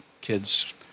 kids